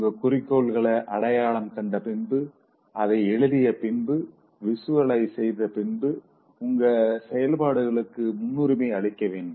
உங்கள் குறிக்கோள்கள அடையாளம் கண்ட பின்பு அதை எழுதிய பின்பு விஷ்வலைஸ் செய்த பின்பு உங்க செயல்பாடுகளுக்கு முன்னுரிமை அளிக்க வேண்டும்